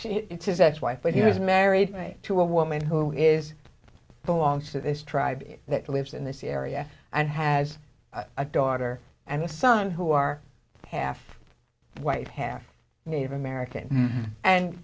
this his ex wife but he was married to a woman who is belongs to this tribe that lives in this area and has a daughter and a son who are half white half native american and